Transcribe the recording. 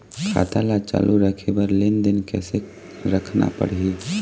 खाता ला चालू रखे बर लेनदेन कैसे रखना पड़ही?